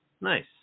Nice